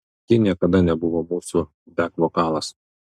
ji niekada nebuvo mūsų bek vokalas